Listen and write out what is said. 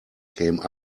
came